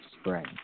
spring